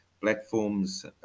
platforms